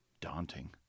daunting